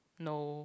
no